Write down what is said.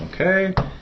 Okay